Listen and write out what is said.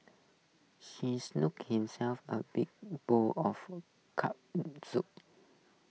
she herself A big bowl of Corn Soup